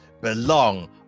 belong